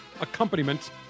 accompaniment